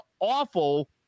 awful